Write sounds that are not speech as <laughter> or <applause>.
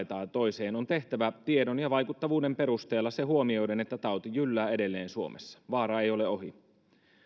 <unintelligible> tai toiseen on tehtävä tiedon ja vaikuttavuuden perusteella se huomioiden että tauti jyllää edelleen suomessa vaara ei ole ohi